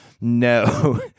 No